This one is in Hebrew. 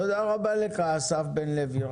תודה רבה לך אסף בן לוי.